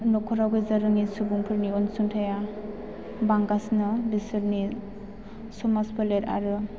नख'राव गैजारोङि सुबुंफोरनि अनसुंथाया बांगासिनो बिसोरनि समाज फोलेर आरो